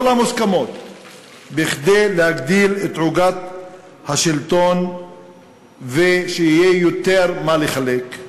המוסכמות כדי להגדיל את עוגת השלטון ושיהיה יותר מה לחלק?